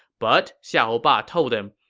but xiahou ba told him,